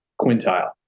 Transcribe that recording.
quintile